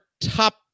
top